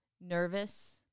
nervous